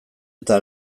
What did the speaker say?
eta